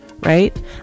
right